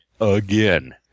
again